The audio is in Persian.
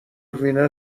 وینر